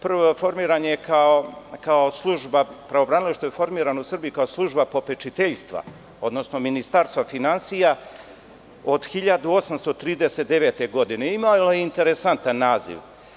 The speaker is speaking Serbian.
Prvo pravobranilaštvo je formirano u Srbiji kao služba popečiteljstva, odnosno Ministarstva finansija od 1839. godine i imalo je interesantan naziv.